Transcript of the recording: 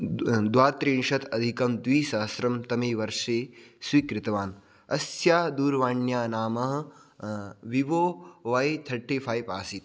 द्व् द्वात्रिंशत् अधिकद्विसहस्रतमे वर्षे स्वीकृतवान् अस्याः दूरवाण्याः नाम विवो वाय् थर्टीफ़ैव् आसीत्